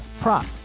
prop